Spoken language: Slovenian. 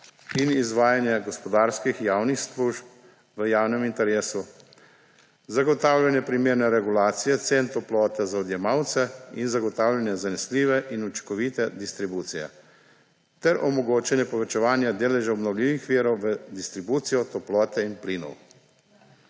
in izvajanje gospodarskih javnih služb v javnem interesu, zagotavljanje primerne regulacije cen toplote za odjemalce in zagotavljanje zanesljive in učinkovite distribucije ter omogočanje povečevanja deležev obnovljivih virov v distribucijo toplote in plinov.